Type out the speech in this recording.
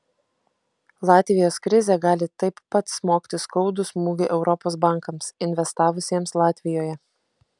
latvijos krizė gali taip pat smogti skaudų smūgį europos bankams investavusiems latvijoje